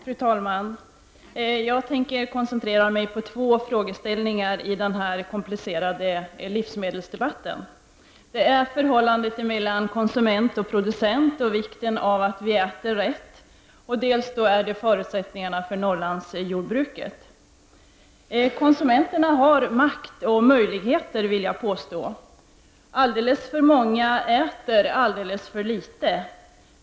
Fru talman! Jag tänker koncentrera mig på två frågeställningar i den här komplicerade livsmedelsdebatten: dels förhållandet mellan producent och konsument och vikten av att vi äter rätt, dels förutsättningarna för Norrlandsjordbruket. Konsumenterna har makt och möjligheter, vill jag påstå. Alldeles för många äter alldeles för litet.